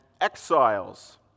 exiles